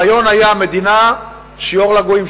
הרעיון היה מדינה שהיא אור לגויים,